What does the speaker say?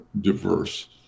diverse